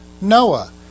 Noah